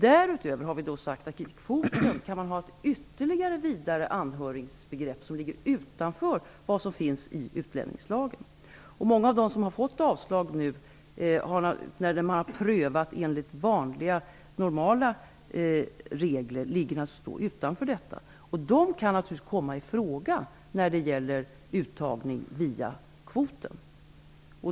Därutöver har vi sagt att man i kvoten kan ha ett ytterligare vidare anhörigbegrepp, som ligger utanför det som regleras av utlänningslagen. Många av dem som har fått avslag vid prövning enligt vanliga, normala regler ligger naturligtvis utanför detta. Dessa kan då komma i fråga för uttagning via kvoten.